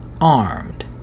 armed